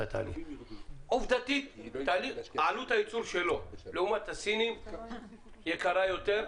עובדתית עלות הייצור שלו לעומת הסינים יקרה יותר.